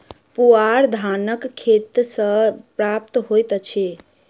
पुआर धानक खेत सॅ प्राप्त होइत अछि